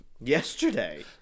Yesterday